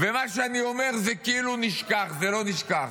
ומה שאני אומר כאילו נשכח, זה לא נשכח.